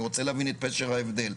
אני רוצה להבין את פשר ההבדל.